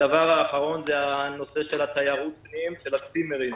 הדבר האחרון הוא נושא תיירות הפנים, הצימרים.